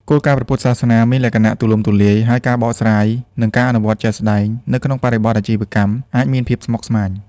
គោលការណ៍ព្រះពុទ្ធសាសនាមានលក្ខណៈទូលំទូលាយ ហើយការបកស្រាយ និងការអនុវត្តជាក់ស្តែងនៅក្នុងបរិបទអាជីវកម្មអាចមានភាពស្មុគស្មាញ។